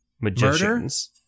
magicians